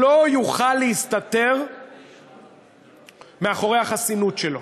הוא לא יוכל להסתתר מאחורי החסינות שלו.